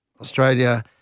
Australia